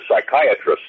psychiatrist